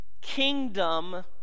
kingdom